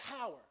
power